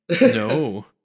No